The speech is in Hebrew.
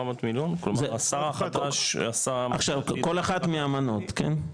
עכשיו, כל אחת מהמנות, כן?